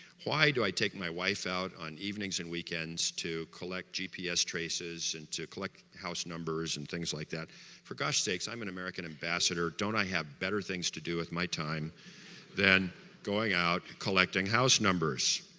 why do i take my wife out on evenings and weekends to collect gps traces and to collect house numbers and things like that for gosh sake, i'm an american ambassador, don't i have better things to do with my time than going out collecting house numbers?